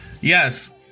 Yes